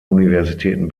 universitäten